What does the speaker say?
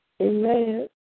Amen